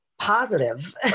positive